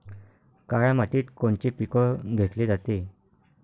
काळ्या मातीत कोनचे पिकं घेतले जाते?